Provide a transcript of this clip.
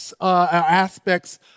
aspects